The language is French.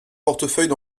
portefeuille